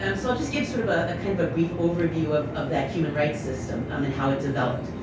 um so i'll just give sort of ah kind of a brief overview of of that human rights system, um and how it developed.